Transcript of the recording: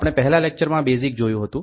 આપણે પહેલા લેક્ચર માં બેઝિક જોયું હતું